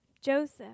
Joseph